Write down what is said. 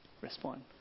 respond